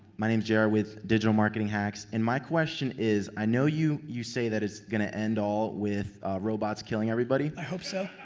my name is jerry with digital marketing hacks and my question is i know you you say that it's gonna end all with robots killing everybody. i hope so.